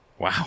wow